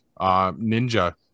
ninja